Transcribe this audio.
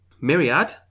Myriad